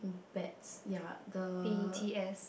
beds ya the